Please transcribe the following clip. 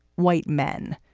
white men.